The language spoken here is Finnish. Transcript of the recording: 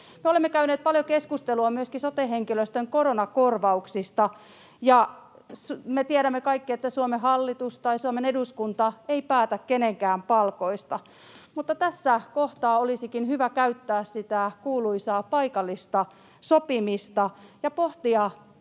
olemme käyneet paljon keskustelua myöskin sote-henkilöstön koronakorvauksista. Me kaikki tiedämme, että Suomen hallitus tai Suomen eduskunta ei päätä kenenkään palkoista, mutta tässä kohtaa olisikin hyvä käyttää sitä kuuluisaa paikallista sopimista ja pohtia